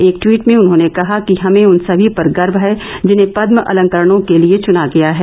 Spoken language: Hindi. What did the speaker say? एक टवीट में उन्होंने कहा कि हमें उन सभी पर गर्व है जिन्हें पदम अलंकरणों के लिए चुना गया है